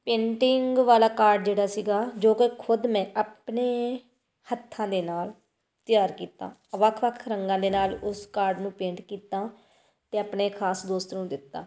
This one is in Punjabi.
ਪੇਂਟਿੰਗ ਵਾਲਾ ਕਾਰਡ ਜਿਹੜਾ ਸੀਗਾ ਜੋ ਕਿ ਖੁਦ ਮੈਂ ਆਪਣੇ ਹੱਥਾਂ ਦੇ ਨਾਲ ਤਿਆਰ ਕੀਤਾ ਵੱਖ ਵੱਖ ਰੰਗਾਂ ਦੇ ਨਾਲ ਉਸ ਕਾਰਡ ਨੂੰ ਪੇਂਟ ਕੀਤਾ ਅਤੇ ਆਪਣੇ ਖਾਸ ਦੋਸਤ ਨੂੰ ਦਿੱਤਾ